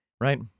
right